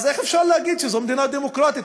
אז איך אפשר להגיד שזו מדינה דמוקרטית,